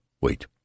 Wait